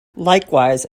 likewise